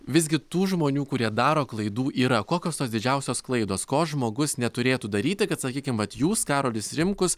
visgi tų žmonių kurie daro klaidų yra kokios tos didžiausios klaidos ko žmogus neturėtų daryti kad sakykim kad jūs karolis rimkus